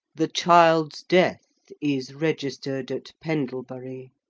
the child's death is registered, at pendlebury,